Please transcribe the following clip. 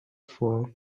vor